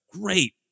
great